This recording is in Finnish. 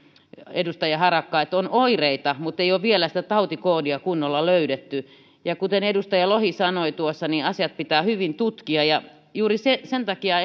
edustaja harakka että on oireita mutta ei ole vielä sitä tautikoodia kunnolla löydetty kuten edustaja lohi sanoi asiat pitää hyvin tutkia ja juuri sen takia